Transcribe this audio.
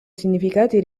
significati